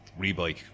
Rebike